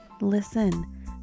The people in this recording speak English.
listen